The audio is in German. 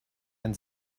ein